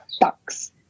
ducks